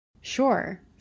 Sure